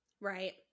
Right